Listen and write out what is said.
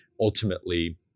ultimately